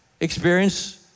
experience